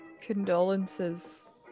condolences